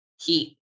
heat